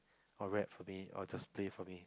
or rap for me or just play for me